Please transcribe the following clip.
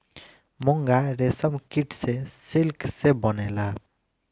मूंगा रेशम कीट से सिल्क से बनेला